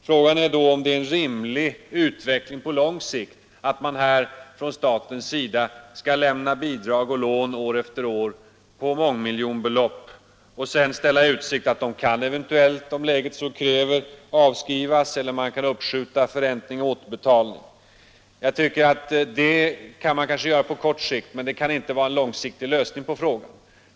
Frågan är då om det är en rimlig utveckling på lång sikt att staten skall lämna bidrag och lån år efter år på mångmiljonbelopp och sedan ställa i utsikt att de eventuellt, om läget så kräver, kan avskrivas eller att förräntning och återbetalning kan uppskjutas. Det kan man kanske göra på kort sikt, men det kan inte vara en långsiktig lösning på frågan.